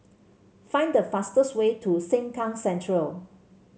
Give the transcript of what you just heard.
find the fastest way to Sengkang Central